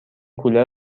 کولر